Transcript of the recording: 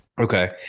Okay